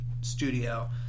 studio